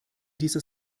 dieser